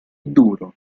duro